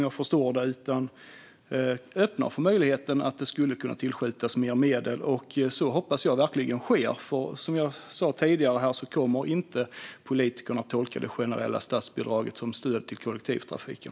Han tycks öppna för möjligheten att mer medel skulle kunna tillskjutas. Jag hoppas verkligen att så sker. Som jag sa tidigare kommer politikerna inte att tolka det generella statsbidraget som stöd till kollektivtrafiken.